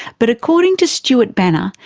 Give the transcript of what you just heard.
but according to stuart banner,